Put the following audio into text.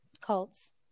cults